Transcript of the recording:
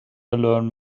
learn